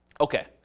Okay